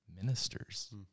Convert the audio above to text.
ministers